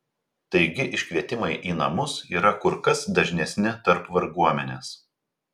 taigi iškvietimai į namus yra kur kas dažnesni tarp varguomenės